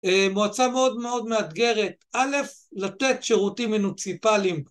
מועצה מאוד מאוד מאתגרת, א', לתת שירותים מוניציפליים